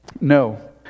No